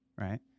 right